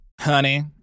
Honey